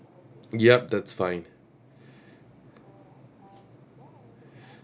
yup that's fine